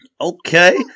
Okay